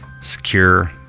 secure